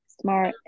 smart